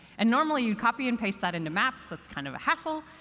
and normally, you copy and paste that into maps. that's kind of a hassle.